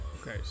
Okay